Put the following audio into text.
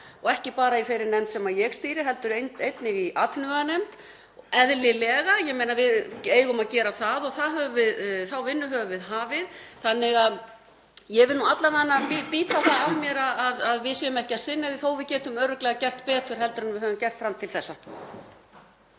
og ekki bara í þeirri nefnd sem ég stýri heldur einnig í atvinnuveganefnd, og eðlilega. Við eigum að gera það og þá vinnu höfum við hafið. Þannig að ég vil nú alla vega bíta það af mér að við séum ekki að sinna því þótt við getum örugglega gert betur en við höfum gert fram til þessa.